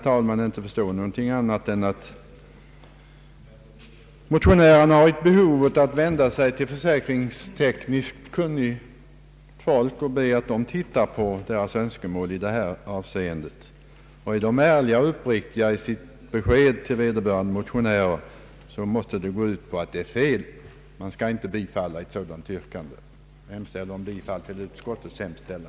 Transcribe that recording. Jag kan inte förstå annat än att motionärerna skulle ha nytta av att vända sig till försäkringstekniskt kunnigt folk som kan titta på deras önskemål i detta avseende. är man då ärlig och uppriktig i sina besked till motionärerna måste det gå ut på att detta är felaktigt. Man skall inte bifalla ett sådant yrkande. Jag hemställer om bifall till utskottets utlåtande.